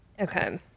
Okay